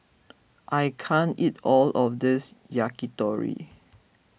I can't eat all of this Yakitori